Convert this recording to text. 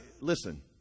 Listen